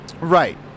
Right